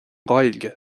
ghaeilge